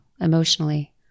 emotionally